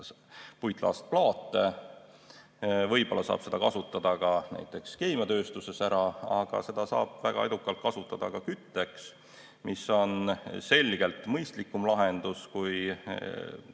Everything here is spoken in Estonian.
puitlaastplaate, võib-olla saab seda kasutada ka näiteks keemiatööstuses, aga seda saab väga edukalt kasutada ka kütteks, mis on selgelt mõistlikum lahendus kui kogu